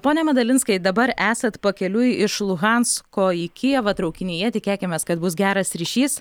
pone medalinskai dabar esat pakeliui iš luhansko į kijevą traukinyje tikėkimės kad bus geras ryšys